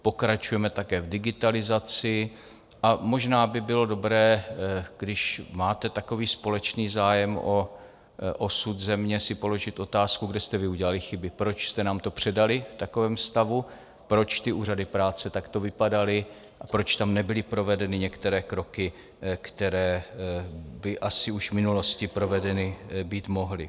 Pokračujeme také v digitalizaci a možná by bylo dobré, když máte takový společný zájem o osud země, si položit otázku, kde jste vy udělali chyby, proč jste nám to předali v takovémto stavu, proč úřady práce takto vypadaly, proč tam nebyly provedeny některé kroky, které by asi už v minulosti provedeny být mohly.